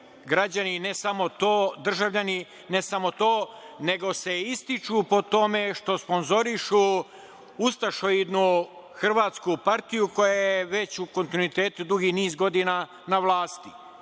građani, ne samo to, državljani, ne samo to, nego se ističu po tome što sponzorišu ustašoidnu hrvatsku partiju koja je već u kontinuitetu dugi niz godina na vlasti.